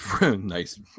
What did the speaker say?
Nice